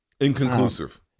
Inconclusive